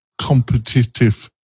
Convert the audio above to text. competitive